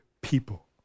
people